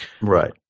Right